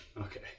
Okay